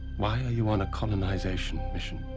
why are you on a colonization mission?